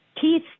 Keith